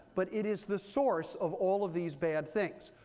but it is the source of all of these bad things.